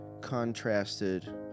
contrasted